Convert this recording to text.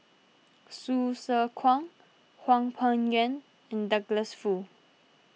Hsu Tse Kwang Hwang Peng Yuan and Douglas Foo